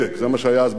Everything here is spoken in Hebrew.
זה מה שהיה אז בתל-אביב.